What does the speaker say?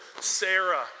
Sarah